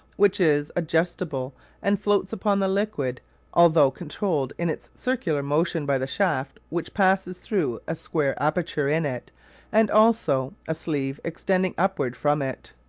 which is adjustable and floats upon the liquid although controlled in its circular motion by the shaft which passes through a square aperture in it and also a sleeve extending upward from it.